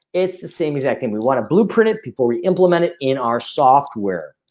it's the same exact thing we wanna blueprint it. people re implement it in our software